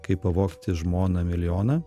kaip pavogti žmoną milijoną